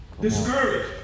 Discouraged